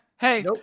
hey